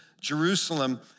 Jerusalem